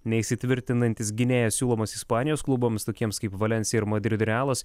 neįsitvirtinantis gynėjas siūlomas ispanijos klubams tokiems kaip valensija ir madrido realas